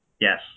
Yes